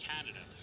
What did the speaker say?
Canada